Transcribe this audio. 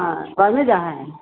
हाँ पढ़ने जा हइ